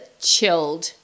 chilled